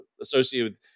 associated